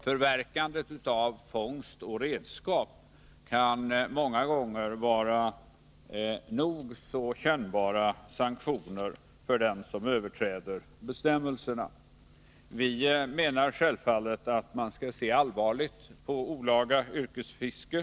Förverkandet av fångst och redskap kan ofta vara en nog så kännbar sanktion mot dem som överträder bestämmelserna. Vi menar självfallet att man skall se allvarligt på olaga yrkesfiske.